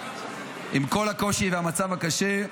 עם כל הקושי והמצב הקשה,